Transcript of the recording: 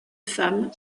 femmes